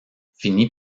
finit